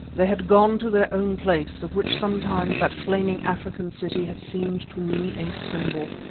they had gone to their own place, of which sometimes that flaming african city has seemed to me a symbol.